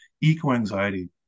Eco-anxiety